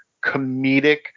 comedic